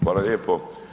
Hvala lijepo.